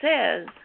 says